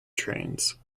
trains